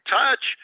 touch